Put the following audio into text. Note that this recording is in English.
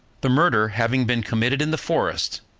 the murder having been committed in the forest,